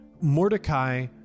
Mordecai